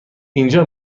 اینجا